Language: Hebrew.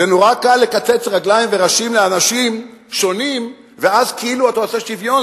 זה נורא קל לקצץ רגליים וראשים לאנשים שונים ואז כאילו אתה עושה שוויון,